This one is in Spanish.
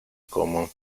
como